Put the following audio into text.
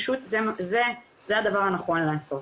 פשוט זה הדבר הנכון לעשות.